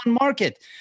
market